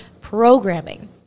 programming